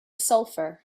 sulfur